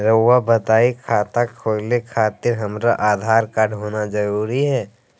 रउआ बताई खाता खोले खातिर हमरा आधार कार्ड होना जरूरी है?